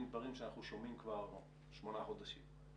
דברים שאנחנו שומעים כבר שמונה חודשים.